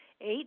Eight